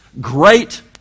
great